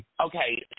Okay